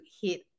hit